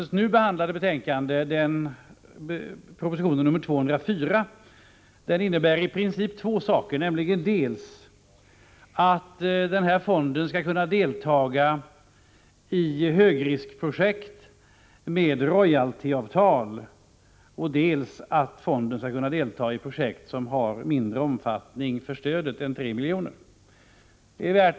betänkande, innebär i princip två saker, nämligen dels att fonden skall kunna delta i högriskprojekt med royaltyavtal, dels att fonden skall kunna lämna stöd till projekt som har mindre omfattning än 3 milj.kr.